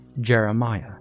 Jeremiah